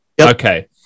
okay